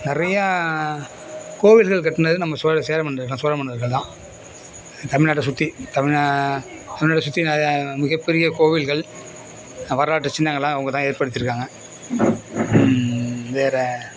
நிறையா கோவில்கள் கட்டினது நம்ம சோழ சேர மன்னர்கள் தான் சோழ மன்னர்கள் தான் தமிழ்நாட்டை சுற்றி தமிழ்நா தமிழ்நாட்டை சுற்றி மிகப்பெரிய கோவில்கள் வரலாற்று சின்னங்கள்லாம் அவங்க தான் ஏற்படுத்தியிருக்காங்க வேறே